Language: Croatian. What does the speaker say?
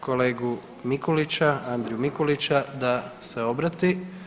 kolegu Mikulića, Andriju Mikulića da se obrati.